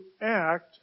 act